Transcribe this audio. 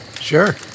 sure